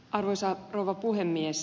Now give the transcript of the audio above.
arvoisa rouva puhemies